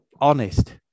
honest